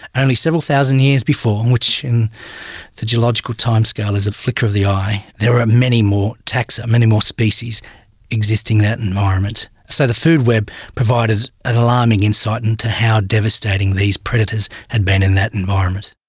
only several thousand years before, and which in the geological timescale is a flicker of the eye, there are many more taxa, many more species existing that environment. so the food web provided an alarming insight into how devastating these predators had been in that environment.